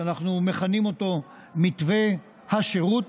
שאנחנו מכנים אותו מתווה השירות,